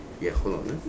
ya hold on ah